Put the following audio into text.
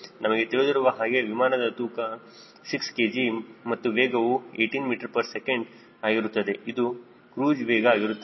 ನಮಗೆ ತಿಳಿದಿರುವ ಹಾಗೆ ವಿಮಾನದ ತೂಕವು 6 kg ಮತ್ತು ವೇಗವು 18 ಮೀಟರ್ ಪ್ರತಿ ಸೆಕೆಂಡ್ ಆಗಿರುತ್ತದೆ ಅದು ಕ್ರೂಜ್ ವೇಗ ಆಗಿರುತ್ತದೆ